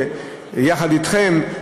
יחד אתכם,